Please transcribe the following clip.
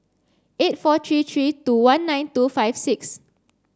eight four three three two one nine two five six